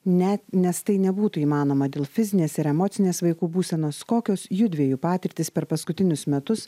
net nes tai nebūtų įmanoma dėl fizinės ir emocinės vaikų būsenos kokios jųdviejų patirtys per paskutinius metus